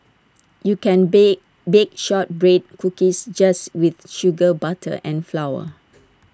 you can bake bake Shortbread Cookies just with sugar butter and flour